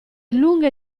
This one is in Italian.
lunghe